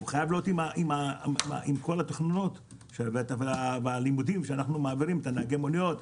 הוא חייב להיות עם כל התוכניות והלימודים שאנחנו מעבירים לנהגי המוניות,